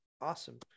awesome